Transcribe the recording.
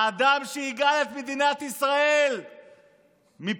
האדם שיגאל את מדינת ישראל מפשע,